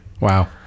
Wow